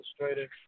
Illustrator